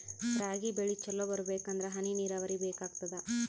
ರಾಗಿ ಬೆಳಿ ಚಲೋ ಬರಬೇಕಂದರ ಹನಿ ನೀರಾವರಿ ಬೇಕಾಗತದ?